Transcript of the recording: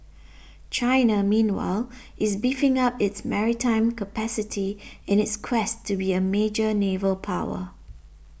China meanwhile is beefing up its maritime capacity in its quest to be a major naval power